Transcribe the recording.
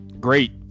great